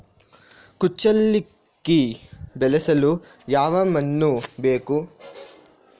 ಕುಚ್ಚಲಕ್ಕಿ ಬೆಳೆಸಲು ಯಾವ ಮಣ್ಣು ಬೇಕು?